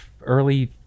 early